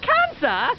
Cancer